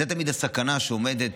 זאת תמיד הסכנה שעומדת,